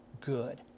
good